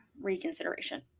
reconsideration